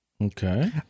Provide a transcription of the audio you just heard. Okay